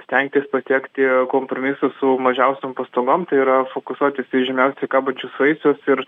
stengtis pasiekti kompromisų su mažiausiom pastangom tai yra fokusuotis į žemiausiai kabančius vaisius ir